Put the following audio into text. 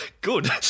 good